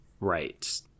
Right